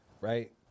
right